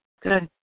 Good